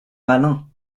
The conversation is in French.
malin